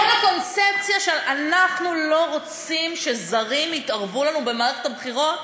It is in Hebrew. כל הקונספציה: אנחנו לא רוצים שזרים יתערבו לנו במערכת הבחירות,